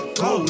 go